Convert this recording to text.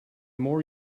more